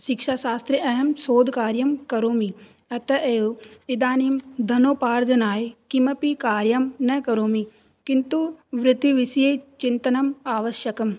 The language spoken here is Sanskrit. शिक्षाशास्त्रे अहं शोधकार्यं करोमि अतः एव इदानीं धनोपार्जनाय किमपि कार्यं न करोमि किन्तु वृत्तिविषये चिन्तनम् आवश्यकम्